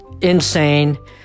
insane